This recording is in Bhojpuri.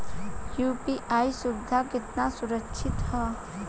यू.पी.आई सुविधा केतना सुरक्षित ह?